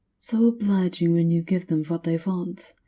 so obliging when you give them what they want.